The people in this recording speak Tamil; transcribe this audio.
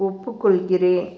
ஒப்புக்கொள்கிறேன்